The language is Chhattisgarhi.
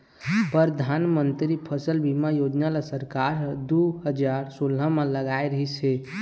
परधानमंतरी फसल बीमा योजना ल सरकार ह दू हजार सोला म लाए रिहिस हे